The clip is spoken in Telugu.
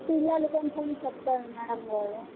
పిల్లలు కొంచెం చెప్తుండడం లేదు